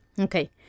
Okay